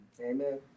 Amen